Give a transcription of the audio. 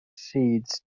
seeds